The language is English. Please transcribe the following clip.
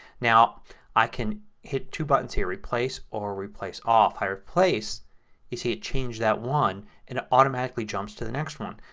now i can hit two buttons here replace or replace all. if i hit replace you see changed that one and automatically jumps to the next one.